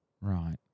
Right